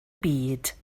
byd